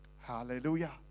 Hallelujah